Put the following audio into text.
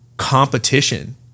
competition